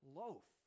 loaf